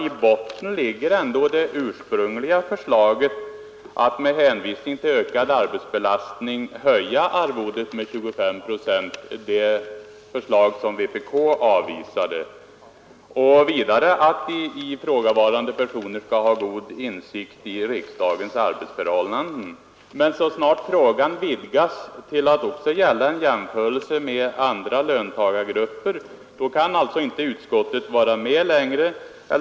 I botten ligger det ursprungliga förslaget att med hänvisning till ökad arbetsbelastning höja arvodet med 25 procent — det förslag som vpk avvisat — och kravet att ifrågavarande personer skall ha god insikt i riksdagens arbetsförhållanden. Men när frågan vidgas till att också gälla en jämförelse med andra löntagargrupper, vill inte utskottet vara med längre.